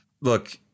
Look